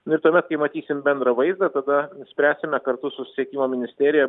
nu ir tuomet kai matysim bendrą vaizdą tada spręsime kartu su susisiekimo ministerija